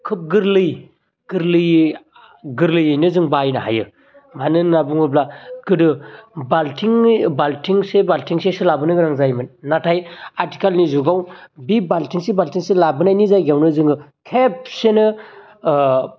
खोब गोरलै गोरलै गोरलैयैनो जों बाहायनो हायो मानो होनना बुङोब्ला गोदो बालथिंसे बालथिंसे लाबोनो गोनां जायोमोन नाथाय आथिखालनि जुगाव बे बालथिंसे बालथिंसे लाबोनायनि जायगायावनो जोङो खेबसेनो ओ